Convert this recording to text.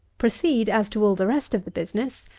proceed, as to all the rest of the business,